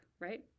right